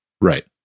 Right